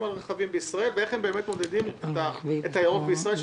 על רכבים בישראל ואיך הם מעודדים את הירוק בישראל,